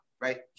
right